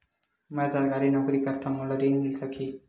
मै सरकारी नौकरी करथव मोला ऋण मिल जाही?